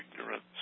ignorance